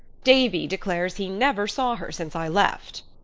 davy declares he never saw her since i left.